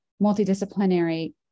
multidisciplinary